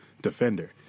defender